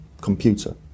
computer